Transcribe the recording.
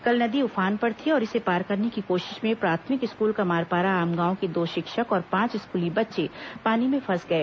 कल नदी उफान पर थी और इसे पार करने की कोशिश में प्राथमिक स्कूल कमारपारा आमगांव के दो शिक्षक और पांच स्कूली बच्चे पानी में फंस गए